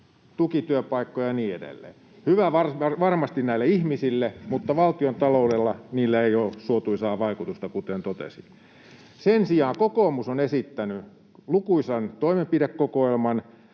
tukityöpaikkoja ja niin edelleen. Hyvä varmasti näille ihmisille, mutta valtiontaloudelle niillä ei ole suotuisaa vaikutusta, kuten totesin. Sen sijaan kokoomus on esittänyt lukuisan toimenpidekokoelman: